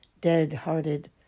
dead-hearted